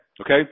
okay